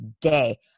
day